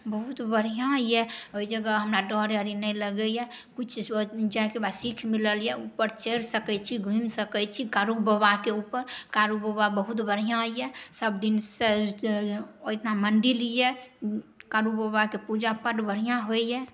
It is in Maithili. बहुत बढ़िआँ अइ ओहि जगह हमरा डर आओर नहि लगैए किछु जाइके बाद सीख मिलल अइ ओहिपर चढ़ि सकै छी घुमि सकै छी कारूबाबाके उपर कारूबाबा बहुत बढ़िआँ अइ सबदिनसँ ओहिठाम मन्दिर अइ कारूबाबाके पूजा बड़ बढ़िआँ होइए